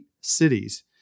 cities